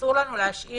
אסור לנו להשאיר